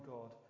God